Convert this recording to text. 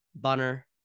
Bunner